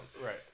Right